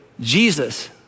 Jesus